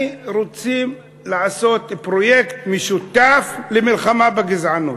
רוצים לעשות פרויקט משותף למלחמה בגזענות.